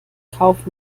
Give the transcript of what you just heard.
kauf